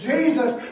Jesus